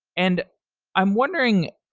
and i'm wondering,